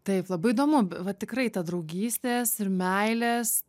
taip labai įdomu va tikrai ta draugystės ir meilės